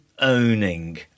owning